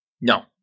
no